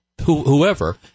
whoever